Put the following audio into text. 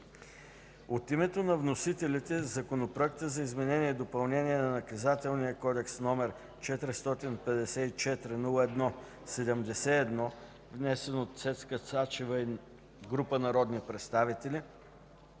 От името на вносителите Законопроектът за изменение и допълнение на Наказателния кодекс, № 454-01-71, внесен от Цецка Цачева и група народни представители,